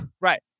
right